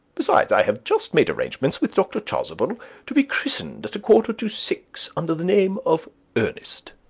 besides i have just made arrangements with dr. chasuble to be christened at a quarter to six under the name of ernest.